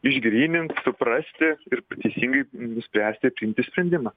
išgrynint suprasti ir teisingai nuspręsti priimti sprendimą